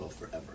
forever